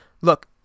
Look